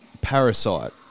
Parasite